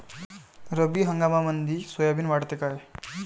रब्बी हंगामामंदी सोयाबीन वाढते काय?